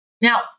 Now